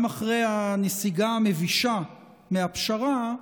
גם אחרי הנסיגה המבישה מהפשרה,